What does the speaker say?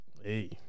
hey